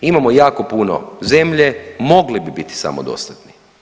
Imamo jako puno zemlje, mogli bi biti samodostatni.